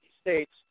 states